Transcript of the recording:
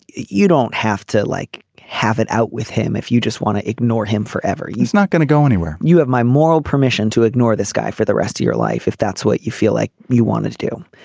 you don't have to like have it out with him if you just want to ignore him forever. he's not going to go anywhere. you have my moral permission to ignore this guy for the rest of your life if that's what you feel like you wanted to do.